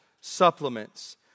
supplements